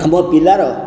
ଆମ ପିଲାର